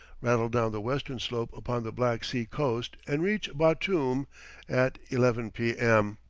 rattle down the western slope upon the black sea coast, and reach batoum at eleven p m.